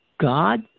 God